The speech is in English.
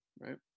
Right